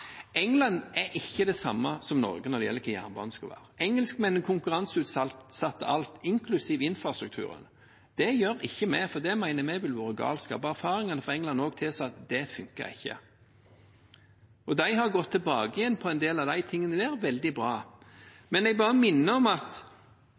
England er ikke det samme som Norge når det gjelder hva jernbanen skal være. Engelskmennene konkurranseutsatte alt, inklusive infrastrukturen. Det gjør ikke vi, for vi mener det ville vært galskap. Også erfaringene fra England tilsa at det ikke fungerte. De har gått tilbake igjen på en del av de tingene. Det er veldig bra.